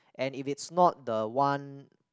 and if it's not the one